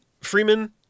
Freeman